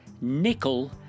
nickel